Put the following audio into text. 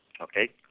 okay